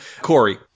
Corey